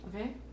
Okay